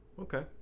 Okay